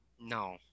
No